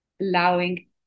allowing